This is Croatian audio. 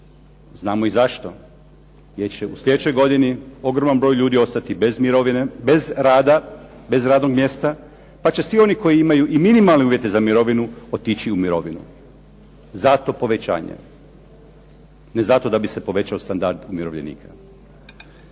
Znamo i zašto, jer će u sljedećoj godini ogroman broj ljudi ostati bez mirovine, bez rada, bez radnog mjesta, pa će svi oni koji imaju i minimalne uvjete za mirovinu otići u mirovinu. Zato povećanje. Zato povećanje, ne zato da bi se povećao standard umirovljenika.